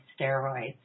steroids